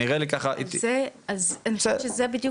נראה לי ככה --- אז אני חושבת שזו בדיוק